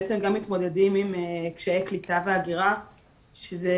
בעצם גם מתמודדים עם קשיי קליטה והגירה שזה